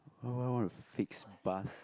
why will I want to fix bus